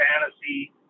fantasy